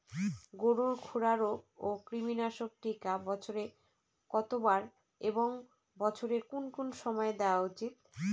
গরুর খুরা রোগ ও কৃমিনাশক টিকা বছরে কতবার এবং বছরের কোন কোন সময় দেওয়া উচিৎ?